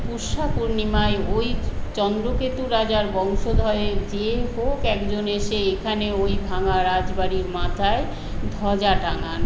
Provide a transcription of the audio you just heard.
পূষ্যা পুর্ণিমায় ওই চন্দ্রকেতু রাজার বংশধরের যেই হোক একজন এসে এখানে ওই ভাঙা রাজবাড়ির মাথায় ধ্বজা টাঙ্গান